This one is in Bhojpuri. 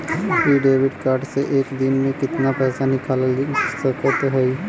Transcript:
इ डेबिट कार्ड से एक दिन मे कितना पैसा निकाल सकत हई?